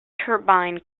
turbine